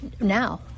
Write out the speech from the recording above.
now